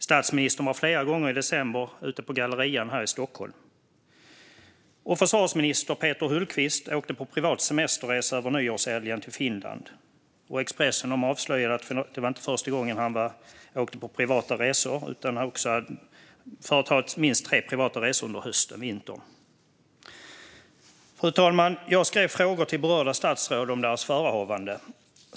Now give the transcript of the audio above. Statsministern var flera gånger i december ute i Gallerian här i Stockholm. Försvarsminister Peter Hultqvist åkte på privat semesterresa över nyårshelgen till Finland. Expressen avslöjar att det inte var första gången han åkte på privata resor, utan han har företagit minst tre privata resor under hösten och vintern. Fru talman! Jag skrev frågor till berörda statsråd om deras förehavanden.